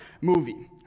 movie